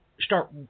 start